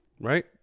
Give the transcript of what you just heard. right